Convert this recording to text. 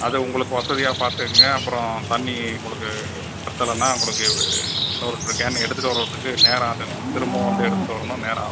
அது உங்களுக்கு வசதியாக பார்த்துங்க அப்புறம் தண்ணி உங்களுக்கு பத்தலைனா உங்களுக்கு இன்னோம் ரெண்டு கேனு எடுத்துகிட்டு வரதுக்கு நேரம் ஆகும் திரும்பவும் வந்து எடுத்துகிட்டு வரணும்னா நேரம் ஆகும்